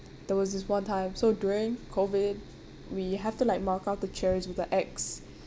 there was this one time so during COVID we have to like mark out the chairs with a X